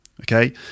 Okay